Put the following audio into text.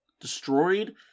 destroyed